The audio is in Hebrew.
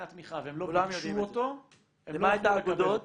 התמיכה והם לא ביקשו אותו הם לא יוכלו לקבל אותו.